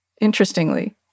interestingly